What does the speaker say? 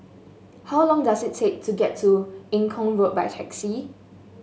how long does it take to get to Eng Kong Road by taxi